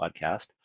podcast